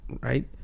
Right